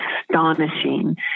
astonishing